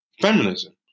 feminism